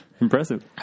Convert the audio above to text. Impressive